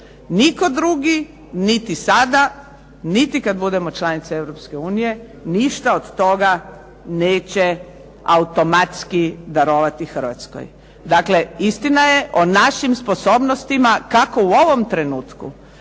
Nitko drugi, niti sada, niti kad budemo članica Europske unije ništa od toga neće automatski darovati Hrvatskoj. Dakle, istina je, o našim sposobnostima kako u ovom trenutku,